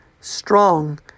strong